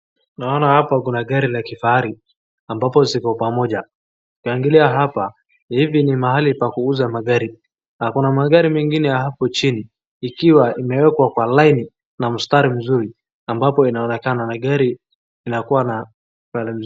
Naona hapa kuna gari la kifahari ambapo ziko pamoja ,ukiangalia hapa hivi ni mahali pa kuuza magari nakuna magari mengine hapo chini ikiwa imewekwa kwa laini na mstari nzuri na gari inakuwa na colour nzuri.